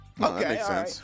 Okay